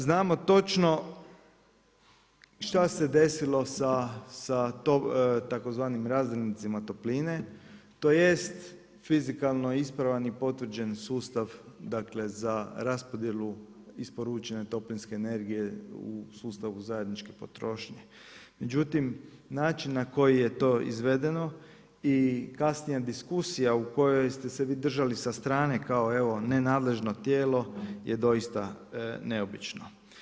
Znamo točno šta se desilo sa tzv. razdjelnicima topline, to jest fizikalno ispravan i potvrđen sustav za raspodjelu isporučene toplinske energije u sustavu zajedničke potrošnje, međutim način na koji je to izvedeno i kasnija diskusija u kojoj ste se vi držali sa strane kao evo nenadležno tijelo je doista neobično.